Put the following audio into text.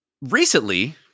recently